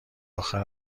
اخر